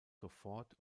sofort